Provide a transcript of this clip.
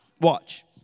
Watch